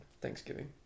Thanksgiving